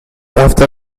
after